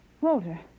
Walter